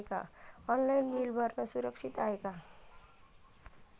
Online bill भरनं सुरक्षित हाय का?